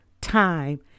time